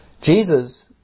Jesus